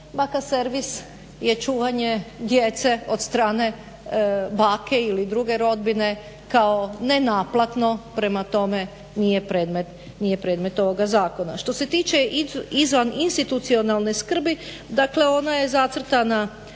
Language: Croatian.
Baka servis je čuvanje djece od strane bake ili druge rodbine kao nenaplatno, prema tome nije predmet ovoga zakona. Što se tiče izvan institucionalne skrbi dakle ona je zacrtana